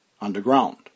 underground